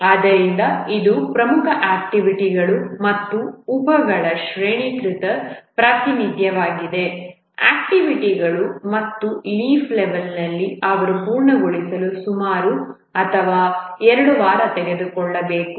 ಆದ್ದರಿಂದ ಇದು ಪ್ರಮುಖ ಆಕ್ಟಿವಿಟಿಗಳು ಮತ್ತು ಉಪಗಳ ಶ್ರೇಣೀಕೃತ ಪ್ರಾತಿನಿಧ್ಯವಾಗಿದೆ ಆಕ್ಟಿವಿಟಿಗಳು ಮತ್ತು ಲೀಫ್ ಲೆವೆಲ್ನಲ್ಲಿ ಅವರು ಪೂರ್ಣಗೊಳಿಸಲು ಸುಮಾರು ಒಂದು ಅಥವಾ 2 ವಾರ ತೆಗೆದುಕೊಳ್ಳಬೇಕು